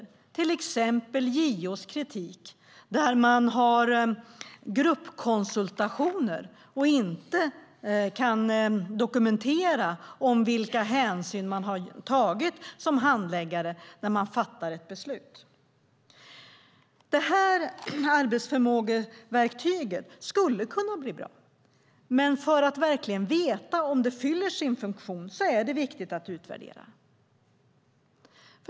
JO har till exempel kritik om att man har gruppkonsultationer och inte kan dokumentera vilka hänsyn man har tagit som handläggare när man fattar ett beslut. Arbetsförmågeverktyget skulle kunna bli bra. Men för att verkligen veta om det fyller sin funktion är det viktigt att utvärdera.